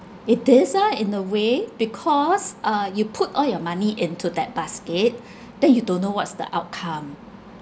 it is ah in a way because uh you put all your money into that basket then you don't know what's the outcome